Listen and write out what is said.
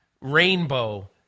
rainbow